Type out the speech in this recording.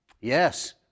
Yes